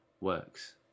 works